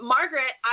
Margaret